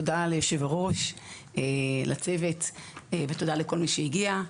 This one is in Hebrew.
תודה ליושב הראש ולצוות, ותודה לכל מי שהגיע.